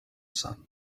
sun